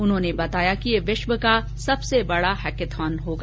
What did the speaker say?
उन्होंने बताया कि यह विश्व का सबसे बडा हैकथॉन होगा